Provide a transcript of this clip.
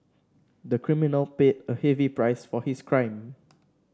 the criminal paid a heavy price for his crime